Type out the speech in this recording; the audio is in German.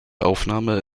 aufnahme